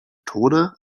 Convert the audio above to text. tode